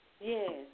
Yes